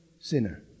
sinner